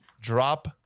drop